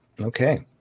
Okay